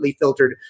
filtered